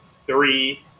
three